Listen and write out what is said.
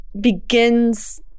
begins